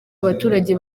abaturage